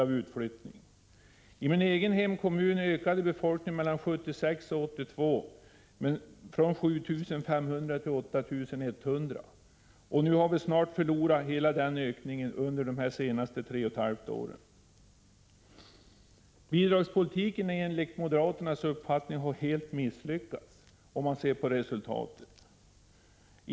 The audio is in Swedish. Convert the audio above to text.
I min egen hemkommun 1 april 1986 ökade befolkningen mellan 1976 och 1982 från 7 500 till 8 100. Under de senaste tre och ett halvt åren har vi nu snart förlorat denna ökning. Bidragspolitiken har enligt moderaternas uppfattning helt misslyckats, om man ser på resultatet.